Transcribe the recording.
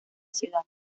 ciudad